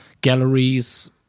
galleries